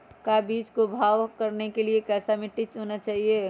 का बीज को भाव करने के लिए कैसा मिट्टी होना चाहिए?